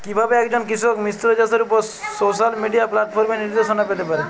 কিভাবে একজন কৃষক মিশ্র চাষের উপর সোশ্যাল মিডিয়া প্ল্যাটফর্মে নির্দেশনা পেতে পারে?